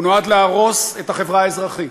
הוא נועד להרוס את החברה האזרחית,